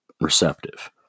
receptive